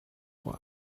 wife